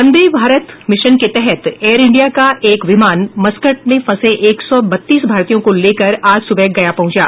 वंदे Bharat mission के तहत Air India का एक विमान मस्कत में फंसे एक सौ बत्तीस भारतीयों को लेकर आज सुबह गया पहुंचा